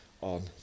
on